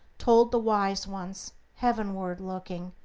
told the wise ones, heavenward looking,